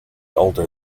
older